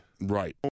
Right